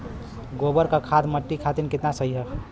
गोबर क खाद्य मट्टी खातिन कितना सही ह?